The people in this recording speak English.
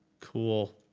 cool.